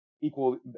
equal